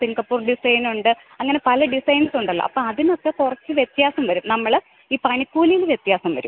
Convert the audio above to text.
Singapore ഡിസൈനുണ്ട് അങ്ങനെ പല ഡിസൈൻസ് ഉണ്ടല്ലൊ അപ്പം അതിനൊക്കെ കുറച്ച് വ്യത്യാസം വരും നമ്മൾ ഈ പണിക്കൂലിയിൽ വ്യത്യാസം വരും